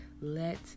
Let